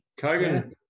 Kogan